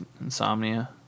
insomnia